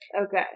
Okay